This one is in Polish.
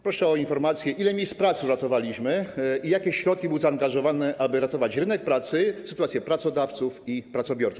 Proszę o informację, ile miejsc prac uratowaliśmy i jakie środki były zaangażowane, aby ratować rynek pracy, sytuację pracodawców i pracobiorców.